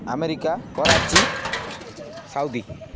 America Karachi Saudi